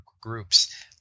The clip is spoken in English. groups